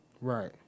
Right